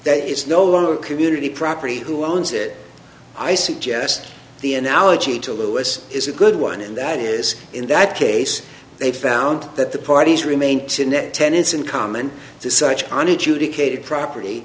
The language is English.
that it's no longer community property who owns it i suggest the analogy to lewis is a good one in that is in that case they found that the parties remain to net tenants in common to such on each unique a property